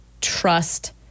trust